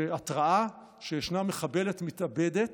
התראה, שישנה מחבלת מתאבדת,